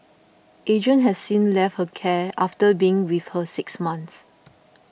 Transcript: Adrian has since left her care after being with her six months